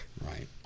right